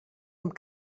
amb